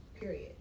Period